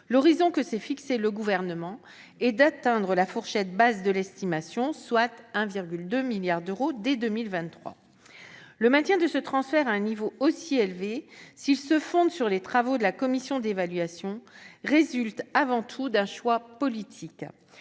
Le Gouvernement s'est fixé pour horizon d'atteindre la fourchette basse de l'estimation, soit 1,2 milliard d'euros, dès 2023. Le maintien de ce transfert à un niveau aussi élevé, s'il se fonde sur les travaux de la commission d'évaluation, est avant tout le fruit d'un choix politique.